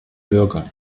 bürger